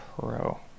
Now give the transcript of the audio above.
Pro